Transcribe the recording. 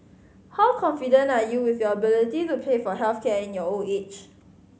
how confident are you with your ability to pay for health care in your old age